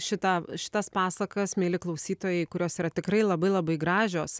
šitą šitas pasakas mieli klausytojai kurios yra tikrai labai labai gražios